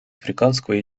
африканского